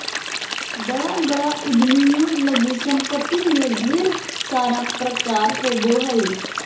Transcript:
बड़ा बड़ा उद्यमियों लगी सम्पत्ति में ढेर सारा प्रकार होबो हइ